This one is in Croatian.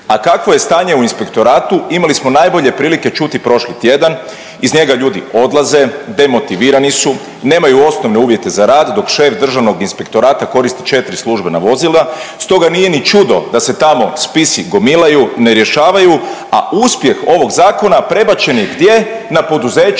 A kakvo je stanje u inspektoratu imali smo najbolje prilike čuti prošli tjedan. Iz njega ljudi odlaze, demotivirani su, nemaju osnovne uvjete za rad dok šef Državnog inspektorata koristi 4 službena vozila. Stoga nije ni čudo da se tamo spisi gomilaju, ne rješavaju, a uspjeh ovog zakona prebačen je gdje, na poduzeća